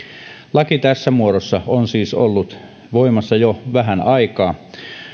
laki tässä muodossa on siis ollut voimassa jo vähän aikaa